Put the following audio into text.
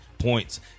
points